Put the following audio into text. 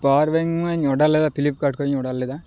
power ᱵᱮᱝᱢᱟᱧ order ᱞᱮᱫᱟ Flipkart ᱠᱷᱚᱡᱤᱧ ᱚᱰᱟᱨ ᱞᱮᱫᱟ